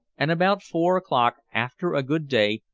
and about four o'clock, after a good day,